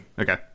okay